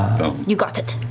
you got it.